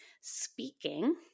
Speaking